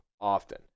often